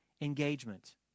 engagement